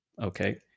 okay